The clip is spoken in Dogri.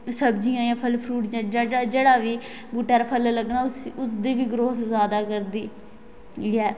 सब्जियां जे फल फ्रूट जा जेहडा बी बूहटे र फल लग्गना उसदी बी ग्राउथ ज्यादा होंदी